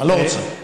אני לא רוצה.